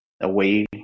away